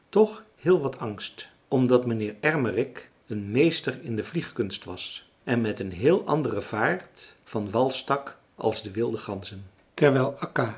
toch heel wat angst omdat mijnheer ermerik een meester in de vliegkunst was en met een heel andere vaart van wal stak als de wilde ganzen terwijl akka